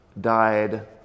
died